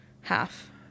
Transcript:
half